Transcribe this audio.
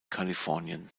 kalifornien